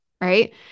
right